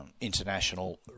international